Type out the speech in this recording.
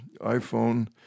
iPhone